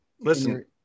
Listen